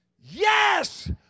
Yes